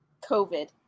covid